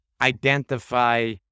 identify